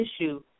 issue